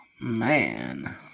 man